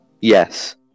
Yes